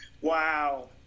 Wow